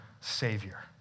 Savior